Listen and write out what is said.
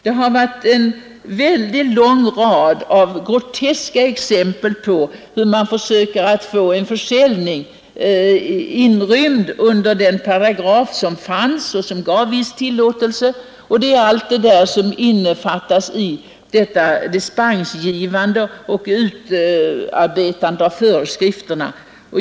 Det har varit en lång rad av groteska exempel på hur man försöker att få en försäljning inrymd under den paragraf som fanns och som gav tillåtelse till viss försäljning. Allt detta innefattas i detta dispensgivande och dessa föreskrifter.